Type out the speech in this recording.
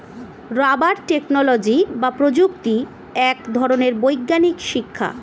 rubber technology বা প্রযুক্তি এক ধরনের বৈজ্ঞানিক শিক্ষা